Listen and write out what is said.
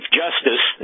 justice